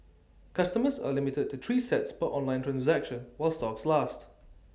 customers are limited to three sets per online transaction while stocks last